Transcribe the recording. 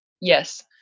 Yes